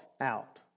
out